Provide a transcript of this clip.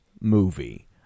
movie